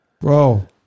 Bro